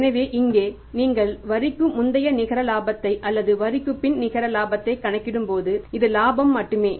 எனவே இங்கே நீங்கள் வரிக்கு முந்தைய நிகர லாபத்தை அல்லது வரிக்குப் பின் நிகர லாபத்தைக் கணக்கிடும்போது இது லாபம் மட்டுமே